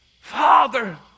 Father